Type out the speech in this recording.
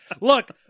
Look